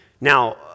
Now